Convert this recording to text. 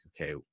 okay